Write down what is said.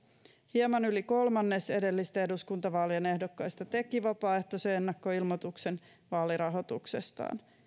hieman yli kolmannes edellisten eduskuntavaalien ehdokkaista teki vapaaehtoisen ennakkoilmoituksen vaalirahoituksestaan